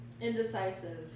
indecisive